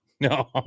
No